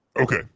okay